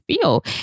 feel